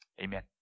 Amen